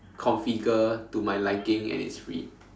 configure to my liking and it's free